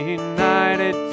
united